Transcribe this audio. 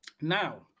now